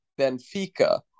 Benfica